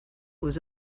was